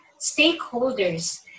stakeholders